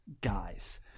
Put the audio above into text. guys